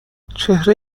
چهره